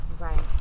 right